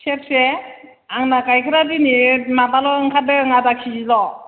सेरसे आंना गाइखेरा दिनै माबाल' ओंखारदों आदा केजिल'